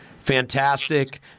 fantastic